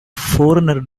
foreigner